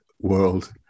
world